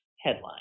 headline